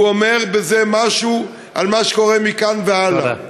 הוא אומר בזה משהו על מה שקורה מכאן והלאה.